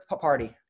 party